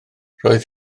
roedd